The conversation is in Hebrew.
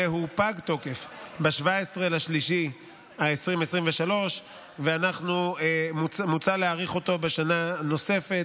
והוא פג תוקף ב-17 במרץ 2023 ומוצע להאריך אותו בשנה נוספת